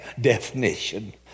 definition